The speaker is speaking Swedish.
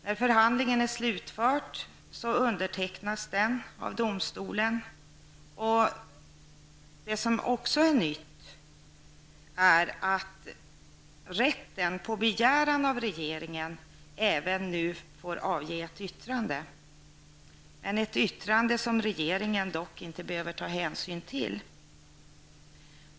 När förhandlingen är slutförd undertecknar en domare protokollet. Nytt i dagens förslag är att rätten på begäran av regeringen även får avge ett yttrande. Detta yttrande behöver dock regeringen inte ta hänsyn till.